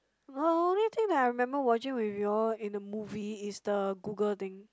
but the only thing that I remember watching with you all in the movie is the Google thing